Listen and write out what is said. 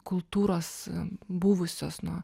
kultūros buvusios nuo